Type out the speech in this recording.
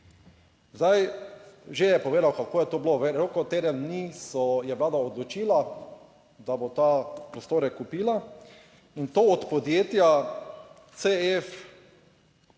Že je povedal kako je to bilo, v roku teden dni se je vlada odločila, da bo te prostore kupila in to od podjetja CF